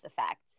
effects